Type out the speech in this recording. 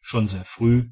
schon sehr früh